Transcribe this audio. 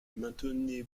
maintenez